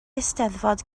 eisteddfod